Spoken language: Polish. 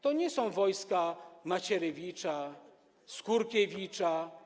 To nie są wojska Macierewicza czy Skurkiewicza.